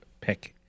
pick